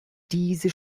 diese